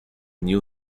new